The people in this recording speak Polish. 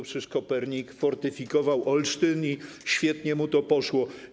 Przecież Kopernik fortyfikował Olsztyn i świetnie mu to poszło.